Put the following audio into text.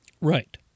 Right